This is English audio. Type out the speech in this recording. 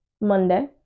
Monday